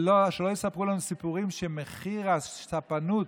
שלא יספרו לנו סיפורים על זה שמחיר הספנות,